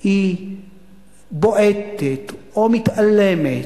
בועטת או מתעלמת,